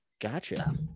Gotcha